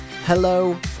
hello